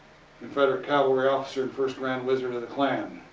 confederate cavalry officer and first grand wizard of the klan.